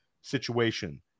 situation